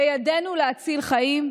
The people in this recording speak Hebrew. בידינו להציל חיים,